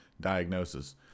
diagnosis